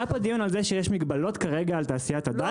היה כאן דיון על כך שיש מגבלות כרגע על תעשיית הדיג.